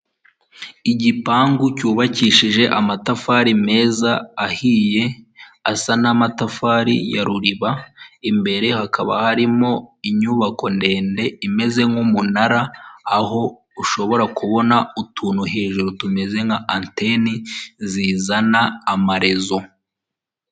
Umuhanda w'umukara aho uganisha ku bitaro byitwa Sehashiyibe, biri mu karere ka Huye, aho hahagaze umuntu uhagarika imodoka kugirango babanze basuzume icyo uje uhakora, hakaba hari imodoka nyinshi ziparitse.